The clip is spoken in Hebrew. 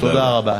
תודה רבה.